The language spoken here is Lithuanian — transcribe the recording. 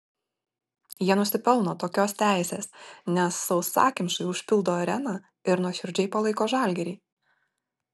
jie nusipelno tokios teisės nes sausakimšai užpildo areną ir nuoširdžiai palaiko žalgirį